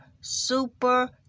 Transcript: super